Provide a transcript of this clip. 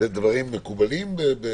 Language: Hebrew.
זאת אומרת, יש פה המון שיקול דעת פתוח.